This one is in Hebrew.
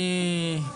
הביטחון.